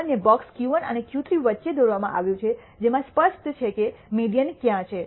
અને box Q1 અને Q3 વચ્ચે દોરવામાં આવ્યું છે જેમાં સ્પષ્ટ છે કે મીડીઅન ક્યાં છે